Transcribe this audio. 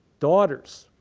daughters,